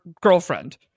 girlfriend